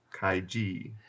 Kaiji